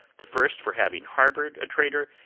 the first for having harboured a traitor,